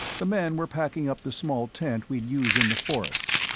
the men were packing up the small tent we'd use in the forests,